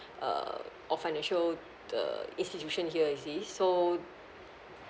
uh of financial the institution here you see so